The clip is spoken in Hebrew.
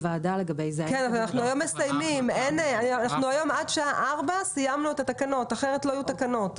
היום עד שעה 16:00 מסיימים את התקנות כי אחרת לא יהיו תקנות.